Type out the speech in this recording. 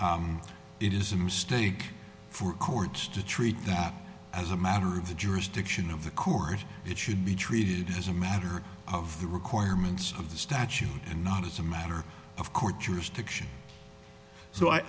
talked it is a mistake for courts to treat that as a matter of the jurisdiction of the court it should be treated as a matter of the requirements of the statute and not as a matter of court jurisdiction so